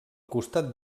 costat